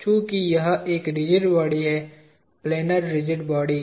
चूँकि यह एक रिजिड बॉडी है प्लैनर रिजिड बॉडी